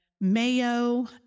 Mayo